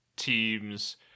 teams